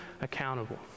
accountable